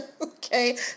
okay